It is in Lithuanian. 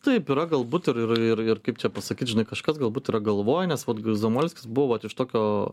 taip yra galbūt ir ir ir kaip čia pasakyt žinai kažkas galbūt yra galvoj nes vat g zamolskis buvot iš tokio